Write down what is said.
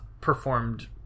performed